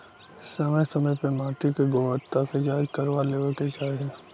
समय समय पे माटी के गुणवत्ता के जाँच करवा लेवे के चाही